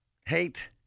Hate